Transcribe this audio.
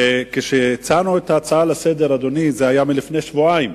הצענו את ההצעה לסדר-היום לפני שבועיים,